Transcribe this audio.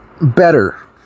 better